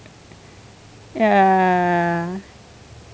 ya